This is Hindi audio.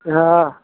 हाँ